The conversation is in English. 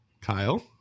Kyle